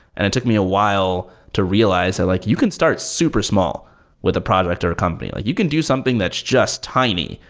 and it took me a while to realize of like, you can start super small with a product or a company. you can do something that's just tiny,